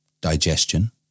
digestion